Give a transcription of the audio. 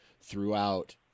throughout